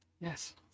Yes